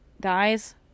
guys